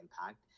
impact